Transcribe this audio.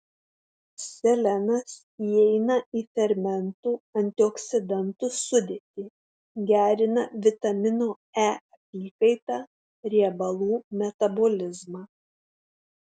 selenas įeina į fermentų antioksidantų sudėtį gerina vitamino e apykaitą riebalų metabolizmą